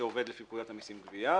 שעובד לפי פקודת המסים (גבייה),